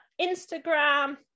Instagram